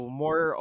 more